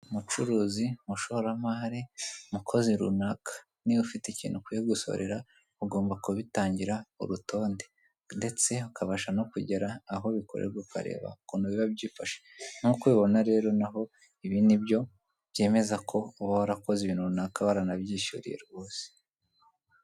Mucuruzi, mushoramari, mukozi runaka, niba ufite ikintu ukwiye gusorera, ugomba kubitangira urutonde ndetse ukabasha no kugera aho bikorerwa ukareba ukuntu biba byifashe, nkuko ubibona rero n'aho, ibi ni byo byemeza ko uba warakoze ibintu runaka waranabyishyuriye rwose.